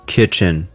Kitchen